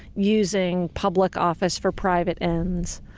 using public office for private ends,